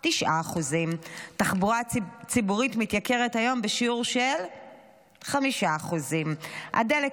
9%; התחבורה הציבורית מתייקרת היום בשיעור של 5%; הדלק